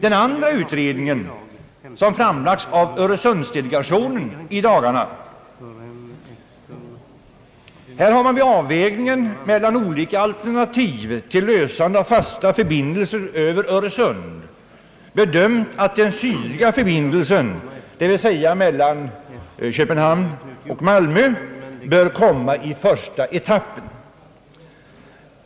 Den andra utredningen har framlagts av Öresundsdelegationen i dagarna. Här har man vid avvägningen mellan olika alternativ i fråga om fasta förbindel ser över Öresund bedömt att den sydliga förbindelsen, dvs. mellan Köpenhamn och Malmö, bör komma i första etappen.